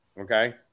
okay